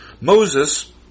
Moses